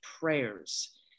prayers